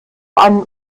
einen